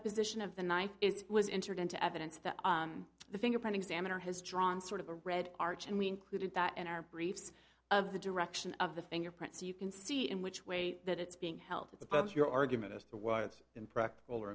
the position of the knife it was entered into evidence that the fingerprint examiner has drawn sort of a red arch and we included that in our briefs of the direction of the fingerprint so you can see in which way that it's being held at the pumps your argument as to why it's impractical or